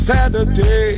Saturday